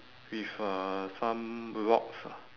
with uh some rocks ah